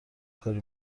کاری